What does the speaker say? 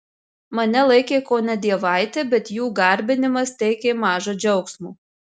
mane laikė kone dievaite bet jų garbinimas teikė maža džiaugsmo